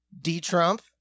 D-Trump